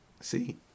See